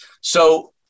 So-